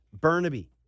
Burnaby